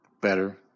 better